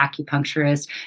acupuncturist